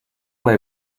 they